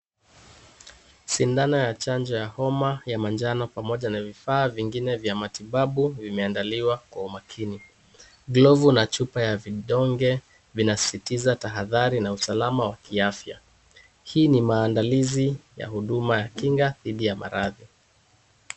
Sindano ya chanjo ya homa ya manjano pamoja na vifaa vingine vya matibabu vimeandaliwa kwa umakini. Glovu na chupa ya vidonge vinasisitiza tahadhari na usalama wa kiafya. Hii ni maandalizi ya huduma ya kinga dhidi ya maradhi.